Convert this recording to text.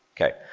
Okay